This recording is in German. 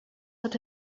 hat